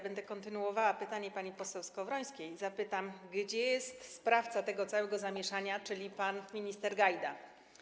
Będę kontynuowała pytanie pani poseł Skowrońskiej i zapytam: Gdzie jest sprawca tego całego zamieszania, czyli pan minister Gajda?